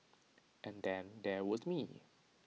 and then there was me